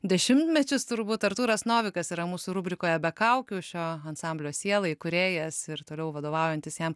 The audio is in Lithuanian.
dešimtmečius turbūt artūras novikas yra mūsų rubrikoje be kaukių šio ansamblio siela įkūrėjas ir toliau vadovaujantis jam